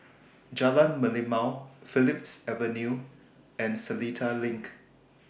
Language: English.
Jalan Merlimau Phillips Avenue and Seletar LINK